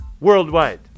worldwide